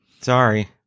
Sorry